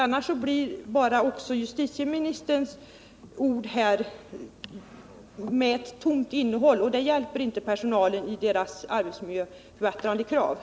Annars får justitieministerns ord inte något innehåll som tillgodoser personalens krav på arbetsmiljöförbättrande åtgärder.